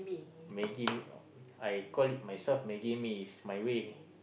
Maggie-mee I call it myself maggie-mee it's my way